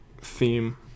theme